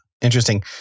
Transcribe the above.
interesting